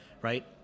right